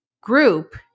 group